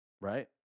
right